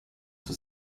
zur